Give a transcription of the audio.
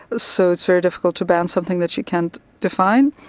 ah so it's very difficult to ban something that you can't define.